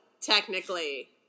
technically